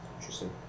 Interesting